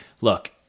look